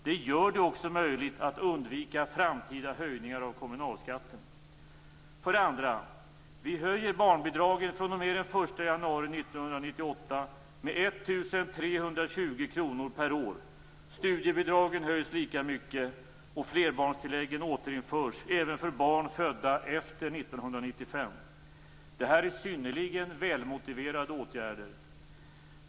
Det gör det också möjligt att undvika framtida höjningar av kommunalskatten. För det andra: Vi höjer barnbidragen fr.o.m. den 1 januari 1998 med 1 320 kr per år. Studiebidragen höjs lika mycket och flerbarnstilläggen återinförs även för barn födda efter 1995. Det här är synnerligen välmotiverade åtgärder.